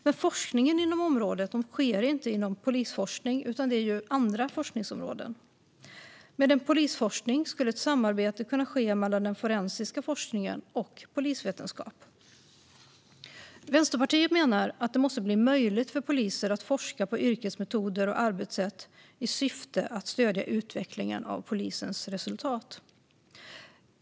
Men forskningen inom området sker inte inom polisforskning utan inom andra forskningsområden. Med en polisforskning skulle ett samarbete kunna ske mellan den forensiska forskningen och polisvetenskap. Vänsterpartiet menar att det måste bli möjligt för poliser att forska på yrkets metoder och arbetssätt i syfte att stödja utvecklingen av polisens resultat.